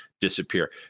disappear